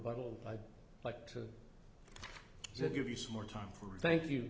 bottle i'd like to give you some more time for thank you